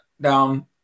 down